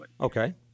Okay